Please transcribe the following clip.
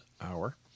hour